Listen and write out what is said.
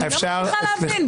אני לא מצליחה להבין.